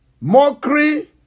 mockery